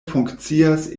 funkcias